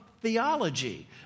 theology